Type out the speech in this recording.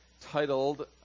titled